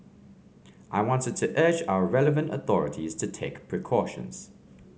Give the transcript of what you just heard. I wanted to urge our relevant authorities to take precautions